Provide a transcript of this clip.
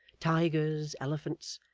tigers, elephants,